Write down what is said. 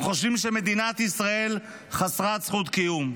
הם חושבים שמדינת ישראל חסרת זכות קיום.